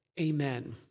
amen